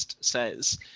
says